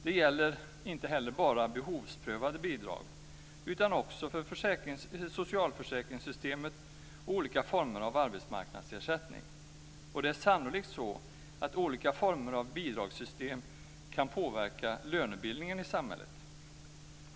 Det gäller inte heller bara behovsprövade bidrag utan också för socialförsäkringssystemet och olika former av arbetsmarknadsersättning. Det är sannolikt så att olika former av bidragssystem kan påverka lönebildningen i samhället.